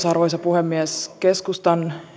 arvoisa puhemies keskustan